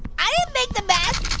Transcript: i didn't make the mess.